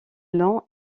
nom